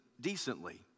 decently